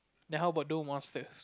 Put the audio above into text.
then how about those monsters